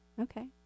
Okay